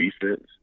defense